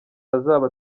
azaba